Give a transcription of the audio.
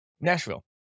nashville